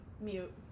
mute